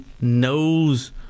knows